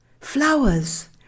flowers